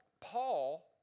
Paul